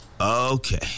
Okay